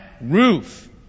roof